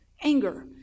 anger